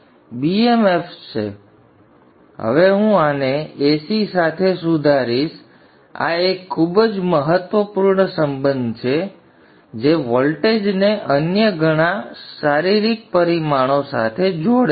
તેથી હવે હું આને Ac સાથે સુધારીશ આ એક ખૂબ જ મહત્વપૂર્ણ સંબંધ છે આ એક સંબંધ છે જે વોલ્ટેજને અન્ય ઘણા શારીરિક પરિમાણો સાથે જોડે છે